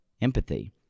empathy